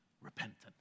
repentance